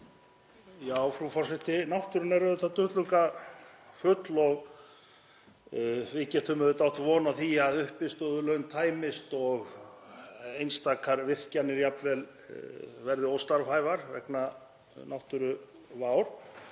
Já, frú forseti. Náttúran er duttlungafull og við getum auðvitað átt von á því að uppistöðulónin tæmist og einstakar virkjanir jafnvel verði óstarfhæfar vegna náttúruvár.